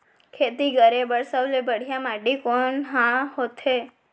खेती करे बर सबले बढ़िया माटी कोन हा होथे?